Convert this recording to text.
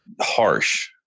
harsh